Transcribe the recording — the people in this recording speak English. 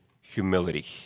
humility